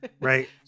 right